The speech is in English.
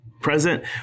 present